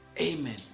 Amen